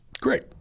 Great